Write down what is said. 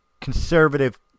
conservative